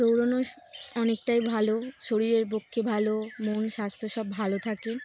দৌড়নও অনেকটাই ভালো শরীরের পক্ষে ভালো মন স্বাস্থ্য সব ভালো থাকে